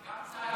גם צגה.